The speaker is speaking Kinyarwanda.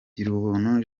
girubuntu